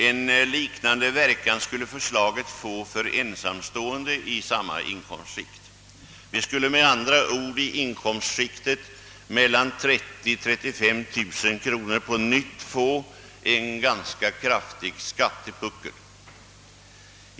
En liknande verkan skulle förslaget få för ensamstående i samma inkomstskikt. Vi skulle med andra ord i inkomstskiktet mellan 30 000 och 35 000 kronor på nytt få en kraftig skattepuckel.